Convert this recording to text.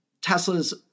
Tesla's